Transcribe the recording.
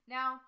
Now